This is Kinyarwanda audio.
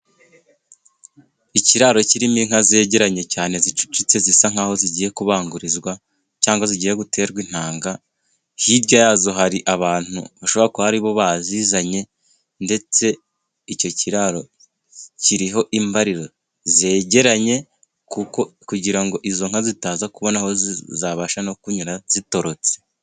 Ikiraro kirimo inka zegeranye cyane zicucitse, zisa nk'aho zigiye kubangurizwa cyangwa zigiye guterwa intanga, hirya yazo hari abantu bashobora kuba ari bo bazizanye, ndetse icyo kiraro kiriho imbariro zegeranye, kuko kugira ngo izo nka zitaza kubona aho zabasha no kunyura zitorotse.